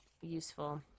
useful